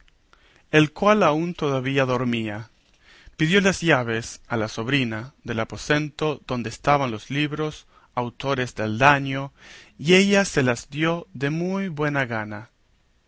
el cual aún todavía dormía pidió las llaves a la sobrina del aposento donde estaban los libros autores del daño y ella se las dio de muy buena gana